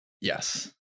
yes